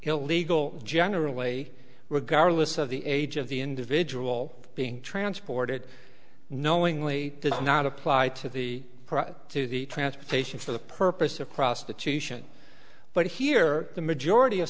illegal generally regardless of the age of the individual being transported knowingly does not apply to the product to the transportation for the purpose of prostitution but here the majority of